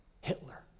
Hitler